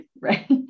right